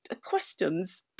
questions